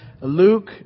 Luke